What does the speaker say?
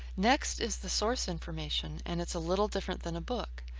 next is the source information, and it's a little different than a book.